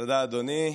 תודה, אדוני.